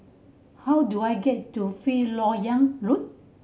how do I get to Fifth Lok Yang Road